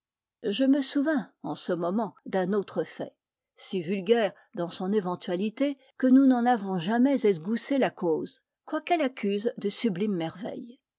je me souvins en ce moment d'un autre fait si vulgaire dans son éventualité que nous n'en avons jamais esgoussé la cause quoiqu'elle accuse de sublimes merveilles